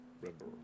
remember